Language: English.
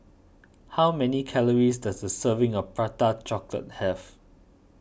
how many calories does a serving of Prata Chocolate have